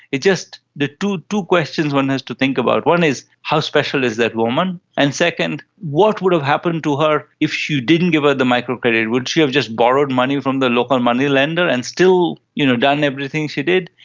it's just the two questions one has to think about, one is how special is that woman? and second what would have happened to her if you didn't give her the microcredit? would she have just borrowed money from the local moneylender and still you know done everything she did?